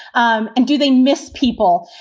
um and do they miss people?